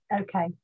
Okay